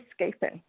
escaping